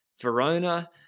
Verona